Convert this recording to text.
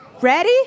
Ready